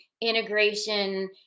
integration